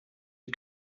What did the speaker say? you